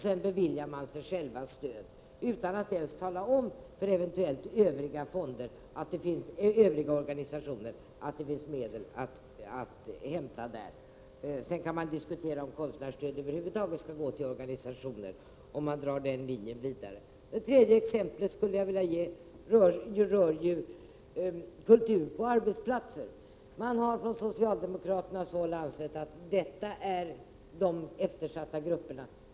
Sedan beviljar man sig själv stöd — utan att ens tala om för eventuella övriga organisationer att det finns medel att hämta. Man kan diskutera om konstnärsstöd över huvud taget skall gå till organisationer, om man drar den linjen vidare. Det tredje exemplet jag skulle vilja ge rör kultur på arbetsplatser. Man har från socialdemokratiskt håll ansett att arbetstagarna är en av de eftersatta grupperna.